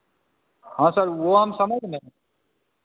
हाँ सर वह हम समझ नहीं